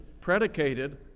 predicated